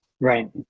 Right